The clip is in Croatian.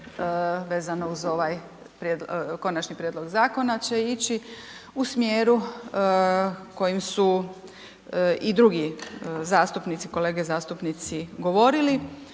vezano uz ovaj konačni prijedlog zakona će ići u smjeru kojim su i drugi zastupnici, kolege zastupnici govorili,